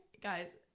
guys